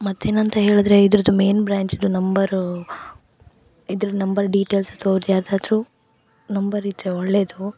ಮತ್ತೇನು ಅಂತ ಹೇಳಿದ್ರೆ ಇದರದು ಮೇಯ್ನ್ ಬ್ರಾಂಚ್ದು ನಂಬರು ಇದ್ರ ನಂಬರ್ ಡೀಟೇಲ್ಸ್ ಅಥವಾ ಅವ್ರ್ದು ಯಾರದಾದ್ರೂ ನಂಬರ್ ಇದ್ದರೆ ಒಳ್ಳೆಯದು